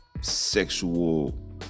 sexual